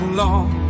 long